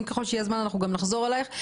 אם יהיה זמן אנחנו נחזור אלייך.